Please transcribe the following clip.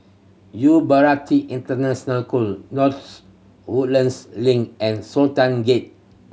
Bharati International North Woodlands Link and Sultan Gate